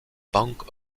bank